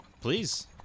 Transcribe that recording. Please